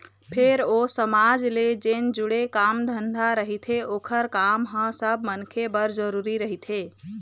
फेर ओ समाज ले जेन जुड़े काम धंधा रहिथे ओखर काम ह सब मनखे बर जरुरी रहिथे